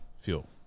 Fuel